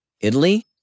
Italy